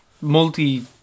multi